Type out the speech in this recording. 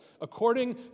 according